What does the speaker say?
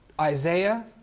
Isaiah